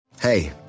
Hey